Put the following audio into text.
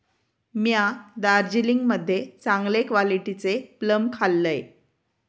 म्या दार्जिलिंग मध्ये चांगले क्वालिटीचे प्लम खाल्लंय